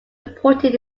reporting